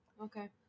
Okay